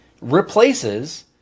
replaces